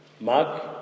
Mark